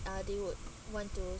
uh they would want to